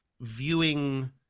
viewing